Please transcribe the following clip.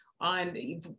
on